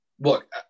look